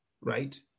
right